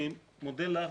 אני מודה לך,